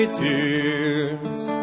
tears